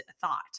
thought